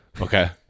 Okay